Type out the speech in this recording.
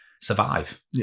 survive